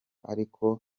ariko